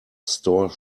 store